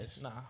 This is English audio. Nah